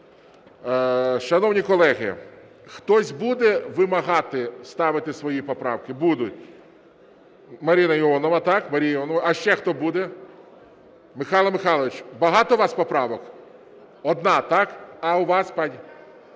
Шановні колеги, хтось буде вимагати ставити свої поправки? Будуть. Марина Іонова. Марія Іонова, так. А ще хто буде? Михайло Михайлович, багато у вас поправок? Одна, так? А у вас пані?